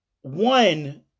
One